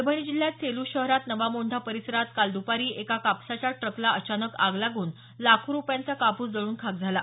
परभणी जिल्ह्यात सेलू शहरात नवा मोंढा परिसरात काल द्रपारी एका कापसाच्या ट्रकला अचानक आग लागून लाखो रुपयांचा कापूस जळून खाक झाला